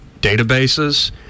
databases